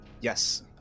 Yes